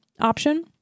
option